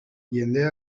jendea